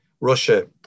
Russia